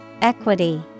Equity